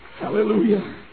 Hallelujah